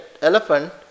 elephant